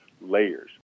layers